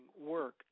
work